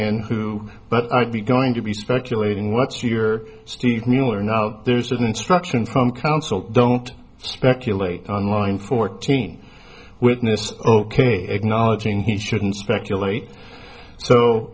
and who but i'd be going to be speculating what's your signal or not there's an instruction from counsel don't speculate on line fourteen witness ok acknowledging he shouldn't speculate